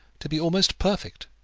to be almost perfect.